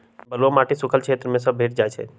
बलुआ माटी सुख्खल क्षेत्र सभ में भेंट जाइ छइ